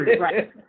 Right